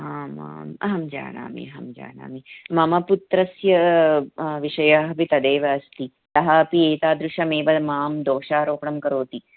आम् आम् अहं जानामि अहं जानामि मम पुत्रस्य विषयः अपि तदेव अस्ति अः अपि एतादृशमेव मां दोषारोपणं करोति